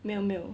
没有没有